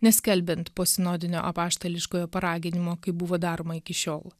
neskelbiant posinodinio apaštališkojo paraginimo kaip buvo daroma iki šiol